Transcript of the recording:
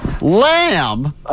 Lamb